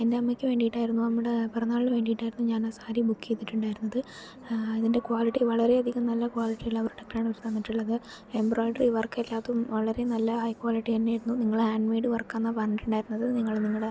എൻ്റെ അമ്മയ്ക്ക് വേണ്ടിട്ടായിരുന്നു അമ്മയുടെ പിറന്നാളിന് വേണ്ടിട്ടായിരുന്നു ഞാൻ ആ സാരി ബുക്ക് ചെയ്തിട്ടുണ്ടായിരുന്നത് അതിൻ്റെ ക്വാളിറ്റി വളരെ അധികം നല്ല ക്വാളിറ്റിയുള്ള തന്നിട്ടുള്ളത് എംബ്രോയിഡറി വർക്ക് എല്ലാം വളരെ നല്ല ഹൈ ക്വാളിറ്റി തന്നെയായിരുന്നു നിങ്ങള് ഹാൻഡ് മൈഡ് വർക്കാണ് എന്നാണ് പറഞ്ഞിട്ടുണ്ടായിരുന്നത് നിങ്ങൾ നിങ്ങളുടെ